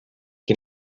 qui